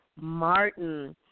Martin